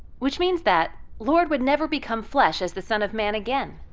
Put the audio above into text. which means that lord would never become flesh as the son of man again.